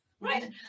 Right